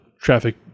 traffic